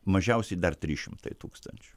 mažiausiai dar trys šimtai tūkstančių